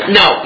no